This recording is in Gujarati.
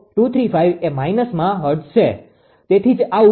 0235 હર્ટ્ઝ છે તેથી જ આવું થઈ રહ્યું છે તે બરાબર 0